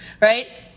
right